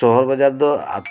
ᱥᱚᱦᱚᱨ ᱵᱟᱡᱟᱨ ᱫᱚ